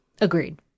Agreed